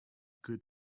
good